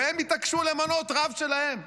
והם התעקשו למנות רב שלהם.